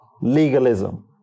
legalism